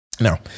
Now